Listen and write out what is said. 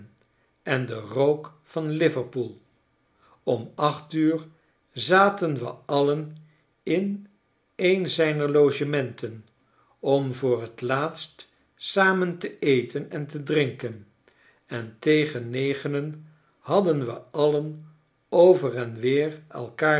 en den rook van liverpool om acht uur zaten we alien in een zijner logementen om voor t laatst samen te eten en te drinken en tegen negenen hadden we alien over en weer elkaar